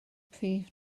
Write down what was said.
prif